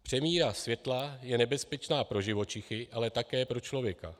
Přemíra světla je nebezpečná pro živočichy, ale také pro člověka.